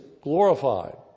glorified